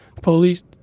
Police